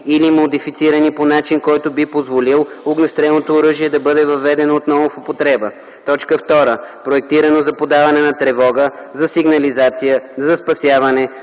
или модифицирани по начин, който би позволил огнестрелното оръжие да бъде въведено отново в употреба; 2. проектирано за подаване на тревога, за сигнализация, за спасяване,